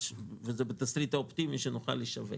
וזה בתסריט האופטימי שנוכל לשווק.